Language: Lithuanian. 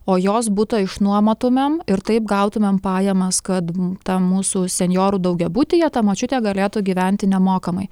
o jos butą išnuomotumėm ir taip gautumėm pajamas kad tam mūsų senjorų daugiabutyje ta močiutė galėtų gyventi nemokamai